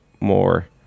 more